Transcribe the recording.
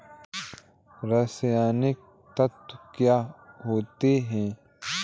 रसायनिक तत्व क्या होते हैं?